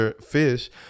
fish